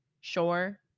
Sure